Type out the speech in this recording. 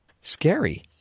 Scary